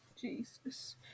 Jesus